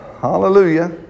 Hallelujah